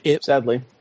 Sadly